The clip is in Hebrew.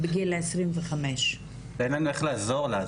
בגיל 25. אין להם איך לעזור לה,